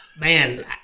Man